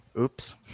Oops